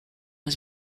was